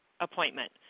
appointment